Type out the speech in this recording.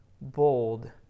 bold